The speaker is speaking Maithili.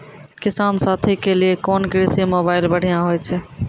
किसान साथी के लिए कोन कृषि मोबाइल बढ़िया होय छै?